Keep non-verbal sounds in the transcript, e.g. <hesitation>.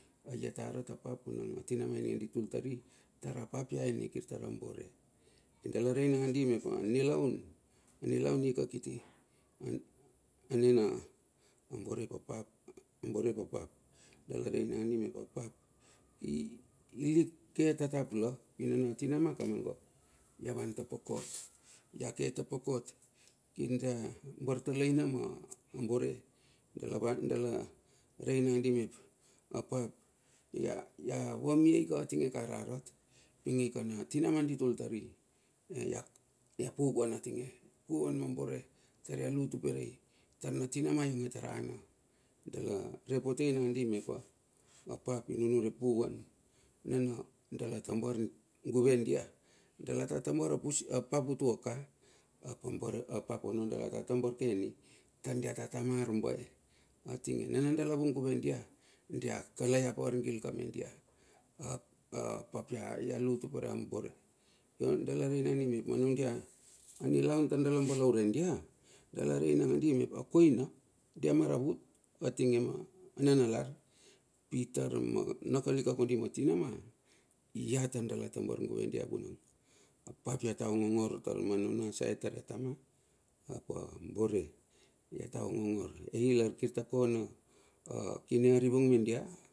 Ai ia ta arat a pap urep a tinama ininge di tul tari tar a pap ia eni kir tara bore. Ai tar dala rei nandi me a nraun ika kiti nina bore ap apap. A bore apap dala rei nangadi ma apap ilik ke tatap la pina tinama kamanga ia van tapokot. Ia ke tapokot, kir dia bartalaina ma bore dala rei nangadi mep apap ia vamiei ka tinge ka rarat pi ika na tinama di tur tari, ai ia puvan atinge. Ia puvan ma bore tar ia lu tuperei, tar na tinama ionge taur ana dala repotei nangadi mepa pap inunure puvan na dala tambar guve dia. Dala ta tambal a pap utuama ap a bore <hesitation> ono dala ta tambar keni. Tar dia ta tama arbae atinge nana dala vung guve dia. Dia kalaiap argil ka media ap apap ia lu tupere abore. Dala rei nandi mep, anilaun tar dala balaure dia. Dala nangadi mep a koina. Dia maravut atinge ma nanalar. Pitar ma nakalik ka kondi ma tinamal. Iat tar dala tambar guve dia vunong, ap ia ta ongongor manuna saet tar ia tama ap a bore iata ongogor ai lar tar kirta kona kine arivung me dia.